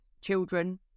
children